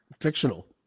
Fictional